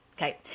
Okay